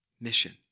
Mission